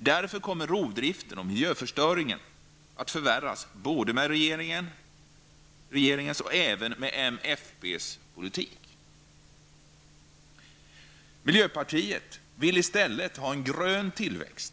Därför kommer rovdriften och miljöförstöringen att förvärras både med regeringens och även med moderaternas och folkpartiets politik. Miljöpartiet vill i stället ha en grön tillväxt